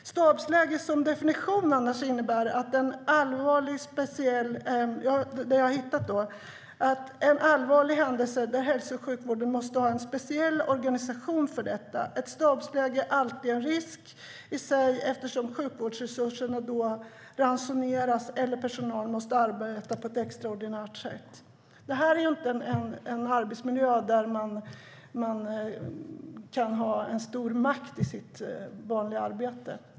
Stabsläge har jag hittat innebär att en allvarlig händelse som hälso och sjukvården måste ha en speciell organisation för. Ett stabsläge är alltid en risk i sig eftersom sjukvårdsresurserna då ransoneras eller personal måste arbeta på ett extraordinärt sätt. Det är inte en arbetsmiljö där man kan ha stor makt i sitt vanliga arbete.